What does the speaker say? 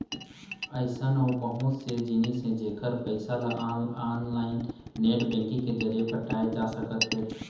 अइसन अउ बहुत ले जिनिस हे जेखर पइसा ल ऑनलाईन नेट बैंकिंग के जरिए पटाए जा सकत हे